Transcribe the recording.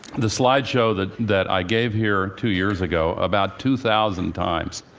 the slide show that that i gave here two years ago about two thousand times.